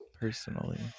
personally